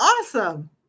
awesome